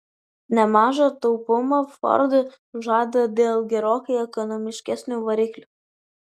nemažą taupumą ford žada dėl gerokai ekonomiškesnių variklių